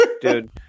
Dude